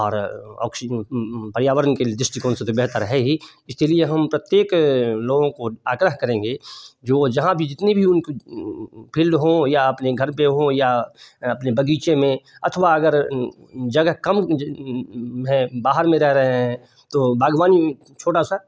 और ऑक्सीजन पर्यावरण के लिए दृष्टिकोण से तो बेहतर है ही इसलिए हम प्रत्येक लोगों को आग्रह करेंगे जो वह जहाँ भी जितनी भी उनकी फील्ड हों या अपने घर पर हों या अपने बगीचे में अथवा अगर जगह कम हैं बाहर में रह रहें हैं तो बागवानी छोटा सा